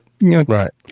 Right